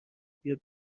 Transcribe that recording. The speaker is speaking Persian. بیا